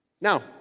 Now